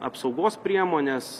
apsaugos priemones